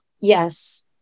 Yes